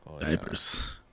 Diapers